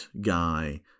guy